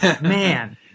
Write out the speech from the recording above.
Man